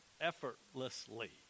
effortlessly